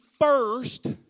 first